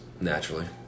Naturally